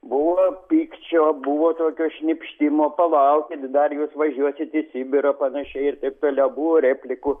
buvo pykčio buvo tokio šnypštimo palaukit dar jūs važiuosit į sibirą panašiai ir taip toliau buvo replikų